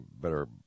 better